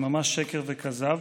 הם ממש שקר וכזב.